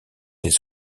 des